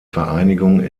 vereinigung